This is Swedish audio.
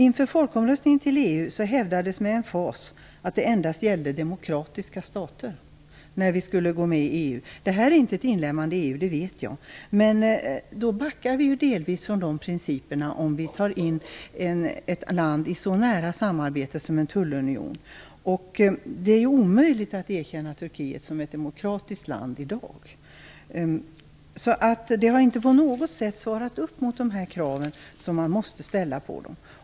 Inför folkomröstningen om EU hävdades det med emfas att det endast gällde demokratiska stater när vi skulle gå med i EU. Det här är inte ett inlemmande i EU, det vet jag, men vi backar delvis från våra principer om vi tar in ett land i ett så nära samarbete som en tullunion. Det är omöjligt att erkänna Turkiet som ett demokratiskt land i dag. Turkiet har inte på något sätt levt upp till de krav som man måste ställa på det.